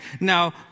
Now